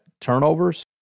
Turnovers